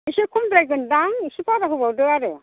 एसे खमद्रायगोन्दां एसे बारा होबावदो आरो